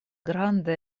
granda